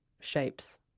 shapes